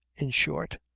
in short,